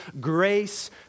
grace